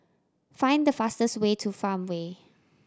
find the fastest way to Farmway